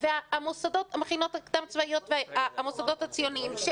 והמכינות הקדם-צבאיות והמוסדות שציוניים,